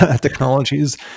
technologies